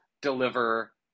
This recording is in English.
deliver